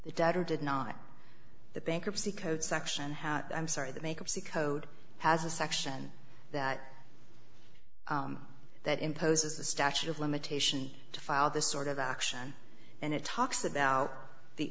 the debtor did not the bankruptcy code section has i'm sorry the make up c code has a section that that imposes a statute of limitation to file this sort of action and it talks about the